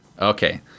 Okay